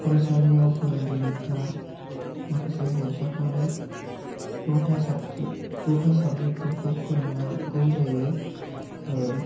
फरायसालियाव फोरोंगिरिफ्रा माखासे हरजाखानाय द'था साबजेक्ट द'था साबजेक्ट फोरखौ फोरोंनांगौ जायो